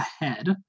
ahead